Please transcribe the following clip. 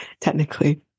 technically